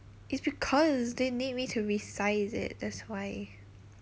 it's because they need me to resize it that's why